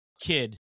kid